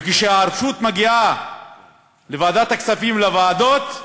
וכשהרשות מגיעה לוועדת הכספים ולוועדות,